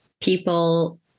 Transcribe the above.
people